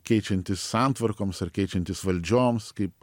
keičiantis santvarkoms ar keičiantis valdžioms kaip